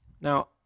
Now